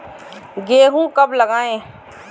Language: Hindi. गेहूँ कब लगाएँ?